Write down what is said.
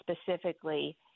specifically